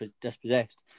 dispossessed